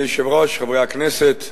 חברי הכנסת,